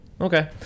Okay